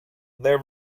there